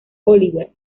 oliver